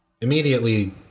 immediately